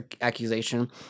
accusation